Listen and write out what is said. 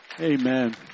Amen